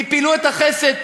מפעילויות החסד.